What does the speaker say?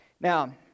Now